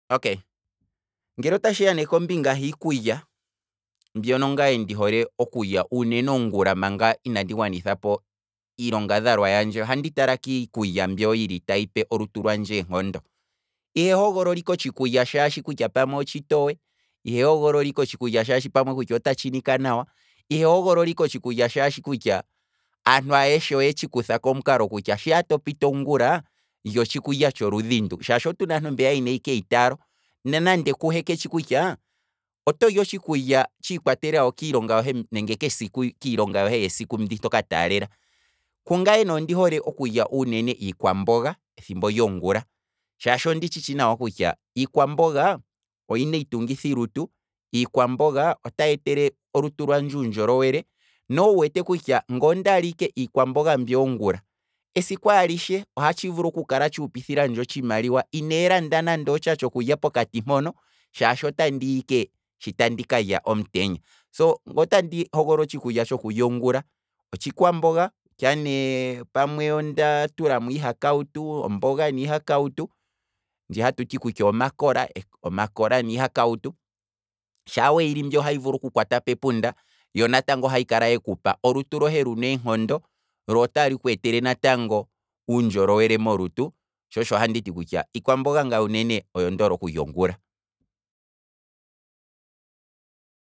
Okay, ngele otatshiya ne kombinga hiikulya mbyono ndi hole okulya ongula onene ngaye manga indi gwanithapo iilonga dhalwa yandje, ohandi tala kiikulya mbyo yili tayipe olutu lwandje eenkondo, ihe hogolola ike otshikulya shaashi pamwe otshitowe. ihe hogolola otshikulya shaashi pamwe otatshi nika nawa, ihe hogolola ike otshikulya kutya aantu ayeshe oyetshi kuthako pamukalongono kutya shaa to piti ongula, lya otshikulya tsholudhi ndo, shaashi otuna aantu mbeya yena ike eyitaalo, nonande kuhe ketshi kutya otoli otshikulya tshiikwatelela kiilonga yohe yesiku mbi toka taalela, kungaye ondi hole okulya uunene iikwamboga ethimbo lyongula, shaashi ondi tshitshi nawa kutya iikwamboga oyina iitungithi lutu, iikwamboga otayi etele olutu lwandje uundjolowele, nowu wete kutya ngele ondali iikwamboga mbyoka ongula, esiku alishe ohatshi vulu kuupithilandje otshimaliwa ine landa otsha tshokulya pokati mpono, shapo oshi tandi ya ike ndika lye omutenya, so, nge otandi hogolola otshikulya tshokulya ongula, otshikwamboga kutya ne pamwe onda tulamo iihakawutu, omboga niihakawutu, ndji hatuti omakola, omakola niihakawutu, shaa weyili mbyono ohayi vulu okukwata pepunda, yo ohayi pe olutu lohe likale luna eenkondo, lo otalu kweetele natango uunjolowele molutu, tsho otsho ha nditi kutya iikwamboga ngaye oyo ndoole okulya ongula.